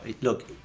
look